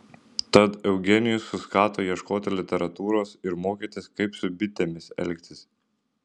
tad eugenijus suskato ieškoti literatūros ir mokytis kaip su bitėmis elgtis